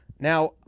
now